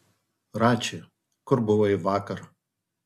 rači kur buvai vakar